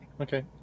Okay